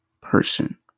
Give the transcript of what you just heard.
person